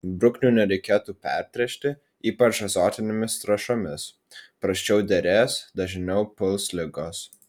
bruknių nereikėtų pertręšti ypač azotinėmis trąšomis prasčiau derės dažniau puls ligos